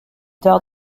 tard